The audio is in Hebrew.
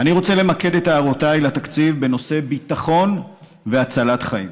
אני רוצה למקד את הערותיי לתקציב בנושא ביטחון והצלת חיים,